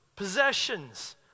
possessions